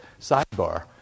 Sidebar